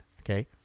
okay